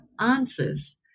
answers